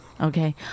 Okay